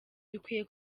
dukwiye